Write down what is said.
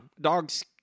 dogs